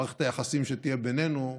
מערכת היחסים שתהיה בינינו,